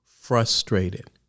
frustrated